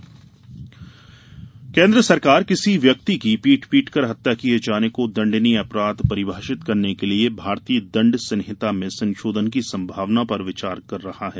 संधोधन केन्द्र सरकार किसी व्यक्ति की पीट पीट कर हत्या किए जाने को दंडनीय अपराध परिभाषित करने के लिए भारतीय दण्ड संहिता में संशोधन की संभावना पर विचार कर रही है